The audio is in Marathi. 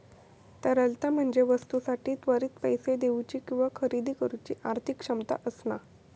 तरलता म्हणजे वस्तूंसाठी त्वरित पैसो देउची किंवा खरेदी करुची आर्थिक क्षमता असणा